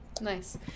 Nice